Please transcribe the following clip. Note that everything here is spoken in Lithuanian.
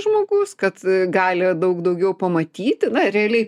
žmogus kad gali daug daugiau pamatyti na realiai